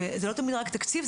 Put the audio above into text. זה לא תמיד רק תקציב,